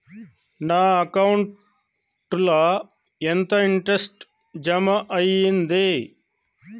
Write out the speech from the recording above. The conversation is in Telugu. నా అకౌంట్ ల ఎంత ఇంట్రెస్ట్ జమ అయ్యింది?